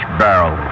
barrel